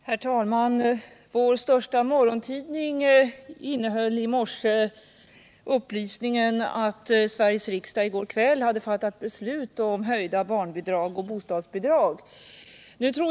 Herr talman! Vår största morgontidning innehöll i dag upplysningen att Sveriges riksdag i går kväll hade fattat beslut om höjda barnbidrag och bostadsbidrag.